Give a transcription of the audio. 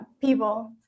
people